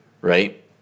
Right